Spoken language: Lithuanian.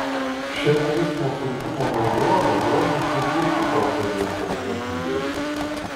šia eismo saugumo naujove domisi ir kitos šalies savivaldybės